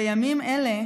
בימים אלה,